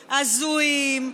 הזויים,